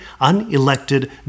unelected